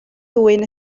ddwyn